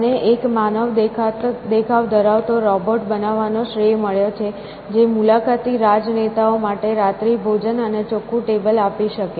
તેને એક માનવ દેખાવ ધરાવતો રોબોટ એન્ડ્રોઇડ બનાવવાનો શ્રેય મળ્યો છે જે મુલાકાતી રાજનેતાઓ માટે રાત્રિભોજન અને ચોખ્ખું ટેબલ આપી શકે